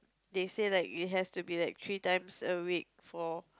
they say like it has to be like three times a week for